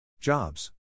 Jobs